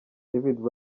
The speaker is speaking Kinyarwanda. david